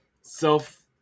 self